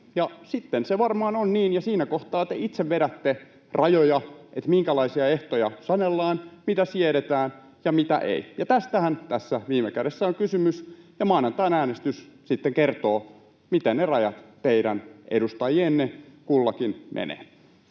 Sitten se varmaan on niin, ja siinä kohtaa te itse vedätte rajoja, minkälaisia ehtoja sanellaan, mitä siedetään ja mitä ei. Tästähän tässä viime kädessä on kysymys, ja maanantain äänestys sitten kertoo, miten ne rajat kullakin teidän edustajallanne menevät.